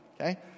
okay